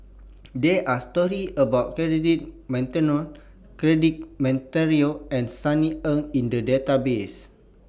There Are stories about Cedric Monteiro Cedric Monteiro and Sunny Ang in The Database